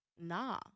Nah